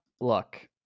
look